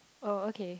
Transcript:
oh okay